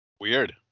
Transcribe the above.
Weird